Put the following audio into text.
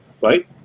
right